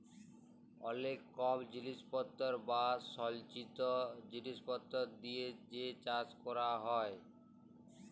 অলেক কম জিলিসপত্তর বা সলচিত জিলিসপত্তর দিয়ে যে চাষ ক্যরা হ্যয়